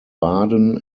baden